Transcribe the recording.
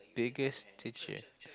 biggest teacher